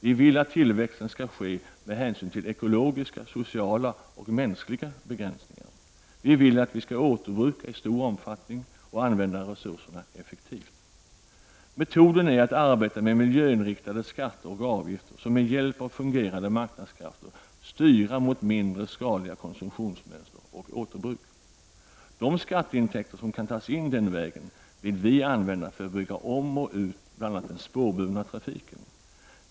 Vi vill att tillväxten skall ske med hänsyn till ekologiska, sociala och mänskliga begränsningar. Vi vill att vi skall återbruka i stor omfattning och använda resurserna effektivt. Metoden är att arbeta med miljöinriktade skatter och avgifter, som med hjälp av fungerande marknadskrafter styr mot mindre skadliga konsum tionsmönster och mot återbruk. De skatteintäkter som kan tas in den vägen vill vi använda för att bygga om och bygga ut bl.a. den spårburna trafiken.